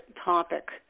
topic